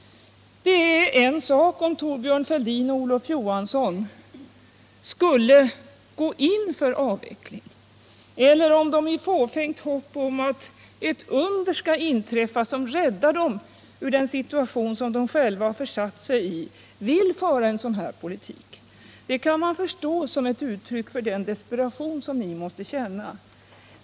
Det vore en sak om Thorbjörn Fälldin och Olof Johansson skulle gå in för avveckling eller om de, i fåfängt hopp om att ett under skall inträffa som räddar dem ur den situation som de själva har försatt sig i, vill föra en sådan politik som den nuvarande. Det kan man förstå som ett uttryck för den desperation som de måste känna.